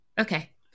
okay